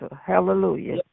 Hallelujah